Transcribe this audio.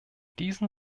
diesem